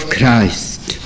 Christ